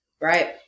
Right